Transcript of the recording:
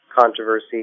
controversy